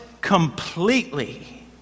completely